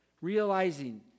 Realizing